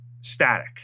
static